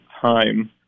time